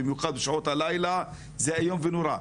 במיוחד בשעות הלילה זה איום ונורא.